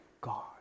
God